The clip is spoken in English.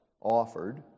offered